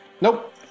Nope